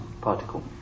particle